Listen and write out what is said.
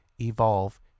evolve